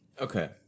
Okay